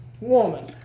woman